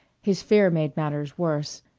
his fear made matters worse.